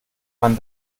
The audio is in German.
man